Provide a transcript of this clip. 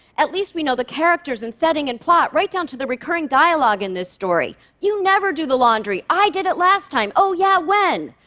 at least we know the characters and setting and plot, right down to the recurring dialogue in this story. you never do the laundry! i did it last time! oh, yeah? when?